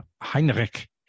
Heinrich